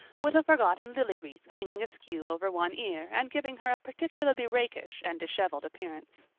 with a forgotten lily wreath hanging askew over one ear and giving her a particularly rakish and disheveled appearance.